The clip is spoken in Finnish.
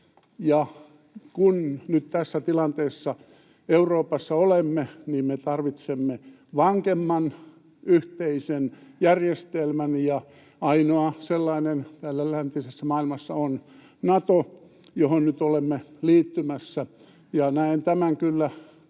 Kun nyt tässä tilanteessa Euroopassa olemme, me tarvitsemme vankemman yhteisen järjestelmän, ja ainoa sellainen täällä läntisessä maailmassa on Nato, johon nyt olemme liittymässä, ja näen tämän kyllä